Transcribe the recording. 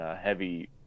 heavy